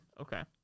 Okay